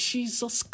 Jesus